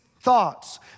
thoughts